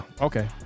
okay